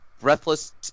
breathless